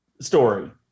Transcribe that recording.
story